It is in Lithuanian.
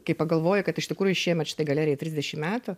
kai pagalvoju kad iš tikrųjų šiemet šitai galerijai trisdešim metų